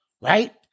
right